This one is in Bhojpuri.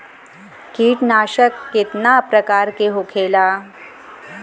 कीटनाशक कितना प्रकार के होखेला?